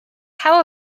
how